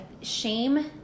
shame